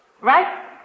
right